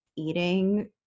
eating